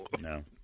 No